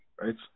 right